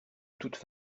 toutes